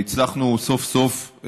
הצלחנו סוף-סוף,